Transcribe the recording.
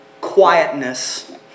quietness